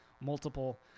multiple